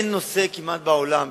אין נושא כמעט בעולם,